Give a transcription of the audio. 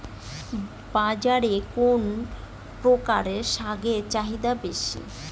বাজারে কোন প্রকার শাকের চাহিদা বেশী?